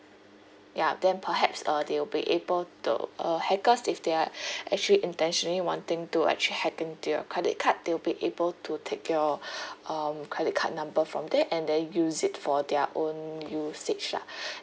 ya then perhaps uh they will be able to uh hackers if they are actually intentionally wanting to actually hack in to your credit card they will be able to take your um credit card number from there and then use it for their own usage lah